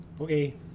Okay